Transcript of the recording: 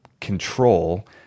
control